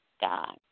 God